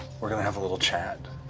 we're going to have a little chat.